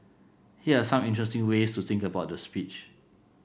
here are some interesting ways to think about the speech